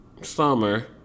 Summer